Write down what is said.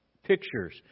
Pictures